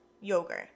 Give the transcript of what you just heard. yogurt